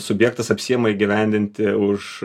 subjektas apsiėma įgyvendinti už